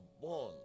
born